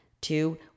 two